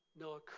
Noah